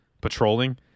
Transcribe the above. patrolling